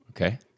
Okay